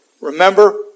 Remember